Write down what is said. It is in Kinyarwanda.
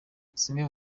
zimwe